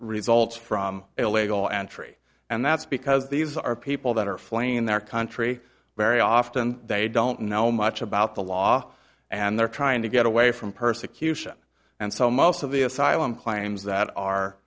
results from illegal entry and that's because these are people that are flying in their country very often they don't know much about the law and they're trying to get away from persecution and so most of the asylum claims that are